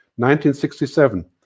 1967